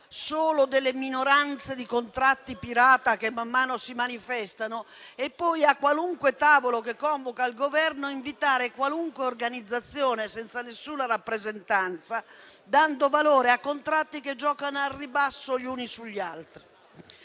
solo delle minoranze di contratti pirata che man mano si manifestano e poi, a qualunque tavolo che convoca il Governo, invitare qualunque organizzazione, senza nessuna rappresentanza, dando valore a contratti che giocano al ribasso gli uni sugli altri.